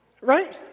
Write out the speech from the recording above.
Right